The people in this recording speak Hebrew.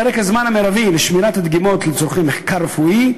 (3) פרק הזמן המרבי לשמירת הדגימות לצורכי מחקר רפואי,